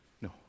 No